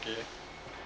okay